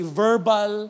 verbal